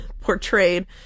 portrayed